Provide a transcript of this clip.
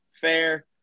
Fair